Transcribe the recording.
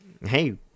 hey